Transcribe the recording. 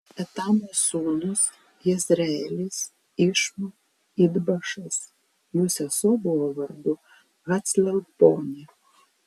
etamo sūnūs jezreelis išma idbašas jų sesuo buvo vardu haclelponė